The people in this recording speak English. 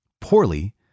poorly